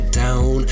down